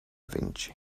vinci